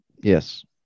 Yes